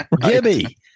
Gibby